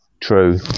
true